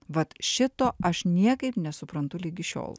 vat šito aš niekaip nesuprantu ligi šiol